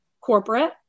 corporate